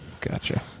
Gotcha